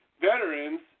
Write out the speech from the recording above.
veterans